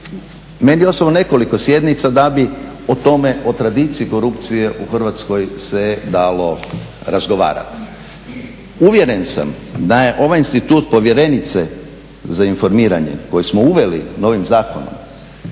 meni osobno nekoliko sjednica da bi o tome, o tradiciji korupcije u Hrvatskoj se dalo razgovarati. Uvjeren sam da je ovaj institut povjerenice za informiranje koji smo uveli ovim zakonom